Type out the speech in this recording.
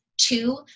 Two